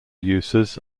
uses